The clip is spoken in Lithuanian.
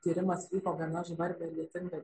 tyrimas vyko gana žvarbią ir lietingą